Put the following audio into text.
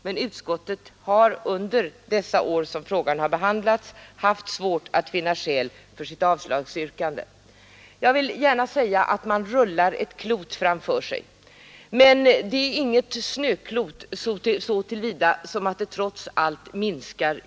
Men utskottet har under de år som frågan behandlats haft svårt att finna skäl för sitt avstyrkande. Man rullar ett klot framför sig. Men det är inget snöklot; det minskar trots allt i omfång.